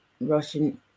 Russian